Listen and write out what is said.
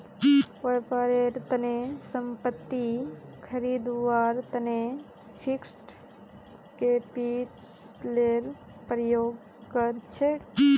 व्यापारेर तने संपत्ति खरीदवार तने फिक्स्ड कैपितलेर प्रयोग कर छेक